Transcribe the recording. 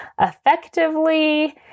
effectively